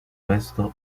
questo